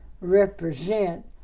represent